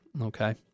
Okay